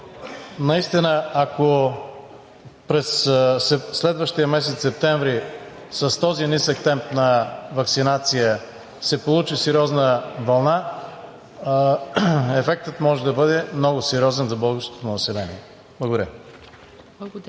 Наистина, ако през следващия месец септември с този нисък темп на ваксинация се получи сериозна вълна, ефектът може да бъде много сериозен за българското население. Благодаря.